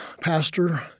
pastor